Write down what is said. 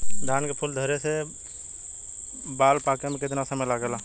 धान के फूल धरे से बाल पाके में कितना समय लागेला?